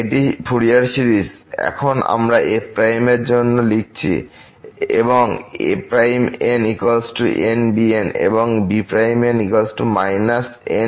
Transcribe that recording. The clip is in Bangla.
এটি ফুরিয়ার সিরিজ এখন আমরা f এর জন্য লিখছি এবং a'nnbn এবং b'n n an